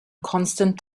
constant